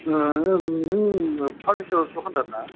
अ नोङो फारनिचार दखानदार ना